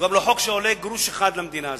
הוא גם לא חוק שעולה גרוש אחד למדינה.